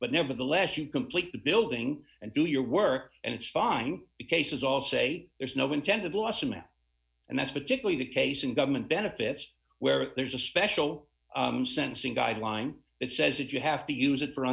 but nevertheless you complete the building and do your work and it's fine cases all say there's no intended lawsuit and that's particularly the case in government benefits where there's a special sentencing guideline that says if you have to use it for